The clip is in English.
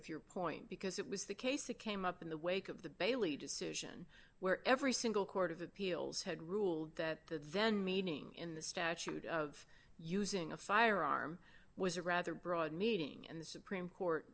of your point because it was the case that came up in the wake of the bailey decision where every single court of appeals had ruled that the then meaning in the statute of using a firearm was a rather broad meeting and the supreme court